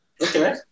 Okay